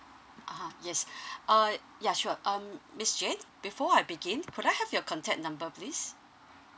ah ha yes uh ya sure um miss jane before I begin could I have your contact number please